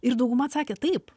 ir dauguma atsakė taip